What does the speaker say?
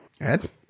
Ed